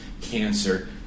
cancer